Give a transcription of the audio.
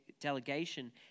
delegation